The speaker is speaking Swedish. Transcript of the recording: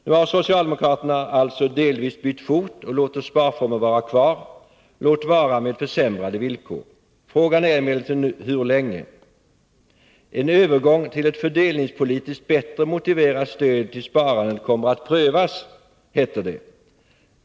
Nu har socialdemokraterna alltså delvis bytt fot och låter sparformen vara kvar — låt vara med försämrade villkor. Frågan är emellertid hur länge. ”En övergång till ett fördelningspolitiskt bättre motiverat stöd till sparandet kommer att prövas”, heter det.